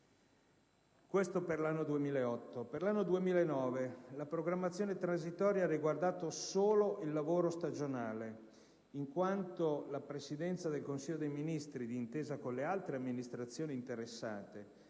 quanto riguarda l'anno 2008. Per l'anno 2009, la programmazione transitoria ha riguardato solo il lavoro stagionale, in quanto la Presidenza del Consiglio dei ministri, d'intesa con le altre amministrazioni interessate,